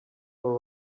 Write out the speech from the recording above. all